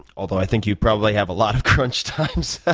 although i think you probably have a lot of crunch times,